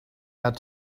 had